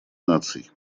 наций